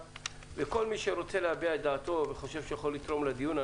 וכל מי שרוצה להביע את דעתו וחושב שהוא יכול לתרום לדיון,